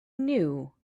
knew